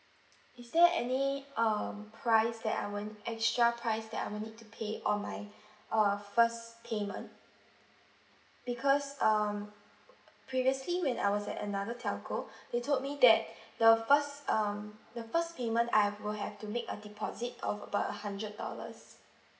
is there any um price that I will extra price that I will need to pay on my uh first payment because um previously when I was at another telco they told me that the first um the first payment I will have to make a deposit of a hundred dollars